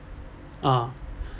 ah